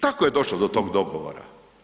Tako je došlo do tog dogovora.